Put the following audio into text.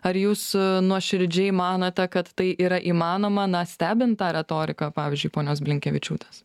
ar jūs nuoširdžiai manote kad tai yra įmanoma na stebint tą retoriką pavyzdžiui ponios blinkevičiūtės